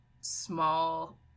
small